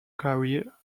career